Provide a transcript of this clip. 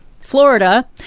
Florida